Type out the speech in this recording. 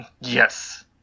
Yes